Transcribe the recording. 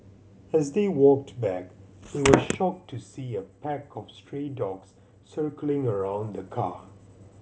as they walked back they were shocked to see a pack of stray dogs circling around the car